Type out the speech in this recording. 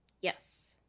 Yes